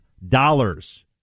dollars